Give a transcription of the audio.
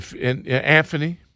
Anthony